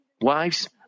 Wives